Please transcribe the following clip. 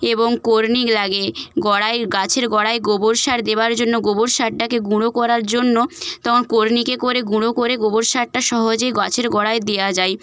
এবং কর্নিক লাগে গোড়ায় গাছের গোড়ায় গোবর সার দেওয়ার জন্য গোবর সারটাকে গুঁড়ো করার জন্য তখন কর্নিকে করে গুঁড়ো করে গোবর সারটা সহজেই গাছের গোড়ায় দেওয়া যায়